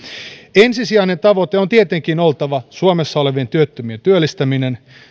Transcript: ensisijaisen tavoitteen on tietenkin oltava suomessa olevien työttömien työllistäminen